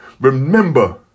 Remember